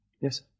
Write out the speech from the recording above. Yes